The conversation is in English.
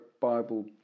Bible